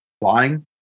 flying